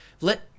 Let